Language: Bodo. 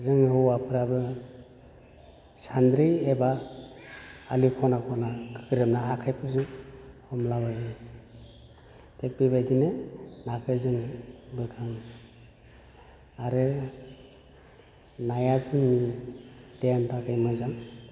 जों हौवाफ्राबो सान्द्रि एबा आलि ख'ना ख'ना गोग्रोमना आखाइफोरजों हमला बायो थिग बेबायदिनो नाखौ जोङो बोखाङो आरो नाया जोंनि देहानि थाखाय मोजां